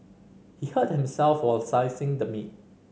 he hurt himself while slicing the meat